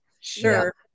sure